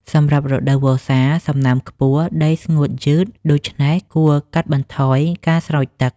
សម្រាប់រដូវវស្សា សំណើមខ្ពស់ ដីស្ងួតយឺត ដូច្នេះគួរកាត់បន្ថយការស្រោចទឹក។